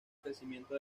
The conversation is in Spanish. crecimiento